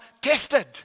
tested